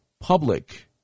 public